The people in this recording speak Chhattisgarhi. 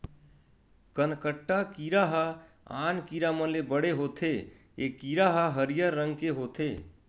कनकट्टा कीरा ह आन कीरा मन ले बड़े होथे ए कीरा ह हरियर रंग के होथे